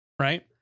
right